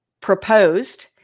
proposed